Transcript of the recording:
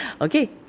Okay